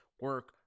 Work